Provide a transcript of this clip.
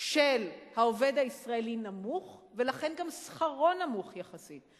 של העובד הישראלי נמוך, ולכן גם שכרו נמוך יחסית.